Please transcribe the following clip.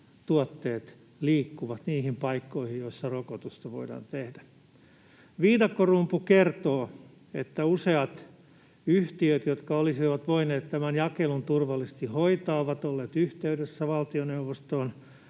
tuotteet liikkuvat niihin paikkoihin, joissa rokotusta voidaan tehdä. Viidakkorumpu kertoo, että useat yhtiöt, jotka olisivat voineet tämän jakelun turvallisesti hoitaa, ovat olleet yhteydessä valtioneuvostoon,